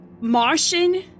Martian